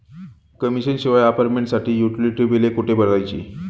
Commission शिवाय अपार्टमेंटसाठी utility बिले कुठे भरायची?